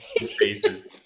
spaces